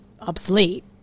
obsolete